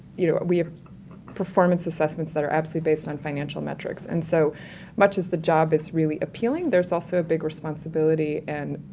you know, we have performance assessments that are absolutely based on financial metrics. and so much is the job it's really appealing, there's also a big responsibility and,